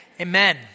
Amen